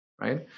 right